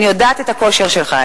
אני יודעת את הכושר שלך,